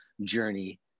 journey